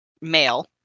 male